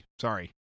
Sorry